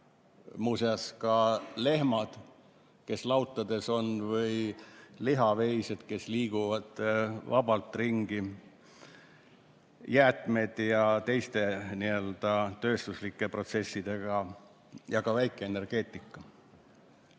muuseas ka lehmad, kes lautades on, või lihaveised, kes liiguvad vabalt ringi –, jäätmed, teised tööstuslikud protsessid ja ka väikeenergeetika.